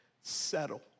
settle